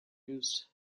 used